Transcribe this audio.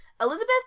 Elizabeth